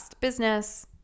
Business